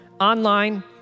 online